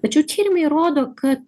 tačiau tyrimai rodo kad